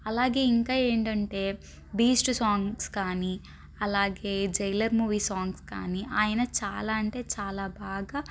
అలాగే ఇంకా ఏంటంటే బీస్ట్ సాంగ్స్ కానీ అలాగే జైలర్ మూవీ సాంగ్స్ కానీ ఆయన చాలా అంటే చాలా బాగా